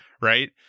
right